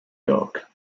york